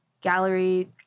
gallery